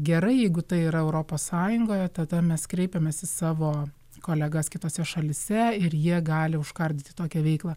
gerai jeigu tai yra europos sąjungoje tada mes kreipiamės į savo kolegas kitose šalyse ir jie gali užkardyti tokią veiklą